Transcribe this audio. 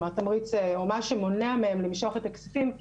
כלומר תמריץ שמונע מהם למשוך את הכספים,